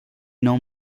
nuevo